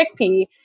chickpea